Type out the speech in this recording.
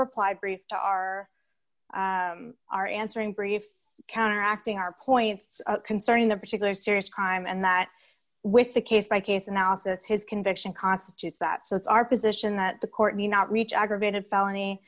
reply brief to our our answering brief counteracting our points concerning that particular serious crime and that with the case by case analysis his conviction constitutes that so it's our position that the court may not reach aggravated felony